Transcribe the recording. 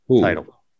title